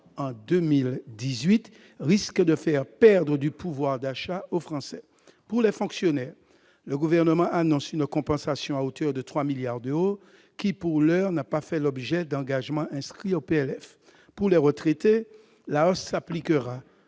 cela risque de faire perdre du pouvoir d'achat aux Français. Pour les fonctionnaires, le Gouvernement annonce une compensation à hauteur de 3 milliards d'euros, qui, pour l'heure, n'a pas fait l'objet d'engagements inscrits au projet de loi de finances. Pour les retraités, la hausse s'appliquera